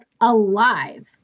alive